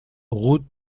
route